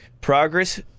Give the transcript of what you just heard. progress